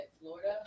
Florida